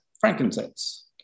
frankincense